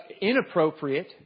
inappropriate